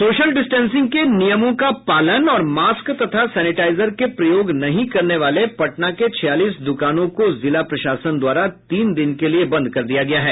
social distancing के नियमों का पालन और मास्क तथा सैनिटाइजर के प्रयोग नहीं करने वाले पटना के छियालीस दुकानों को जिला प्रशासन द्वारा तीन दिन के लिये बंद कर दिया गया है